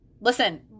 Listen